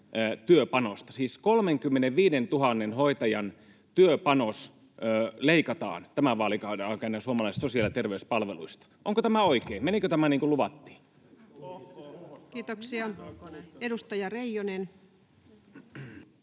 siis 35 000 hoitajan työpanos leikataan tämän vaalikauden aikana suomalaisista sosiaali- ja terveyspalveluista. Onko tämä oikein? Menikö tämä niin kuin luvattiin? [Ben Zyskowicz: